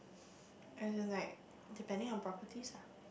as in like depending on properties ah